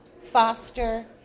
foster